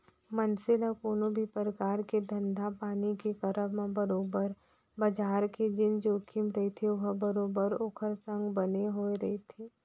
मनसे ल कोनो भी परकार के धंधापानी के करब म बरोबर बजार के जेन जोखिम रहिथे ओहा बरोबर ओखर संग बने होय रहिथे